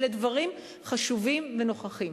אלה דברים חשובים ונכוחים,